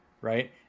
Right